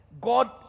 God